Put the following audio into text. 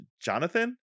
Jonathan